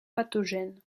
pathogène